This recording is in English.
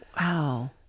Wow